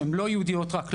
שהן לא ייעודיות רק להן.